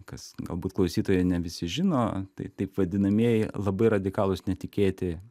kas galbūt klausytojai ne visi žino tai taip vadinamieji labai radikalūs netikėti